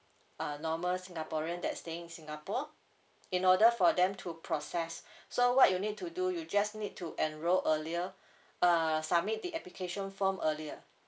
uh normal singaporean that's staying in singapore in order for them to process so what you need to do you just need to enroll earlier uh submit the application form earlier